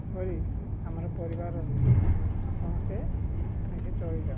ଏପରି ଆମର ପରିବାର ସମସ୍ତେ ମିଶି ଚଳିଯାଉ